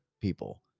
people